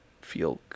feel